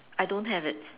I don't have it